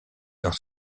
dans